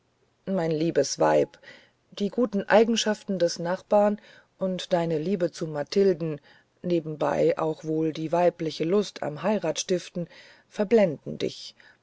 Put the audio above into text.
mein liebes weib die guten eigenschaften des nachbars und deine liebe zu mathilden nebenbei auch wohl die weibliche lust am heiratstiften verblenden dich